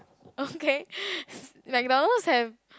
okay McDonald's have